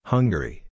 Hungary